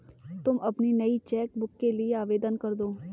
तुम अपनी नई चेक बुक के लिए आवेदन करदो